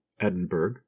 Edinburgh